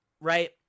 Right